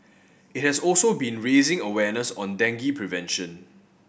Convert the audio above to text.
it has also been raising awareness on dengue prevention